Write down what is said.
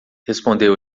respondeu